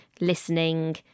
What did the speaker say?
listening